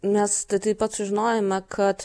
mes tai taip pat sužinojome kad